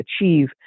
achieve